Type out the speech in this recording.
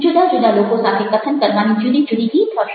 જુદા જુદા લોકો સાથે કથન કરવાની જુદી જુદી રીત હશે